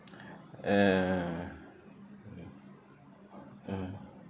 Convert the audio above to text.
uh (uh huh)